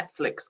Netflix